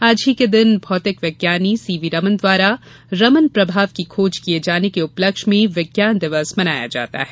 आज ही के दिन भौतिक विज्ञानी सीवीरमन द्वारा रमन प्रभाव की खोज किये जाने के उपलक्ष्य में विज्ञान दिवस मनाया जाता है